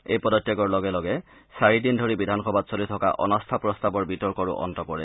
এই পদত্যাগৰ লগে লগে চাৰিদিন ধৰি বিধানসভাত চলি থকা অনাস্থা প্ৰস্তাৱৰ বিতৰ্কৰো অন্ত পৰে